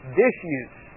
disuse